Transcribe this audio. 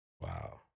Wow